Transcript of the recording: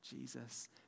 Jesus